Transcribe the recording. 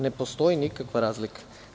Ne postoji nikakva razlika.